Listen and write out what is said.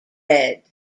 red